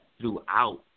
throughout